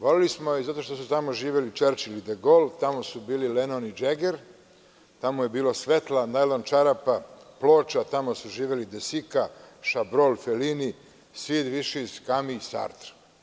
Voleli smo je i zato što su tamo živeli Čerčil i De Gol, tamo su bili Lenon i Džeger, tamo je bilo svetla, najlon čarapa, ploča, tamo su živeli De Sika, Šabrol, Felini, Sid, Višiz, Kami i Sartr.